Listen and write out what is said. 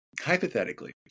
Hypothetically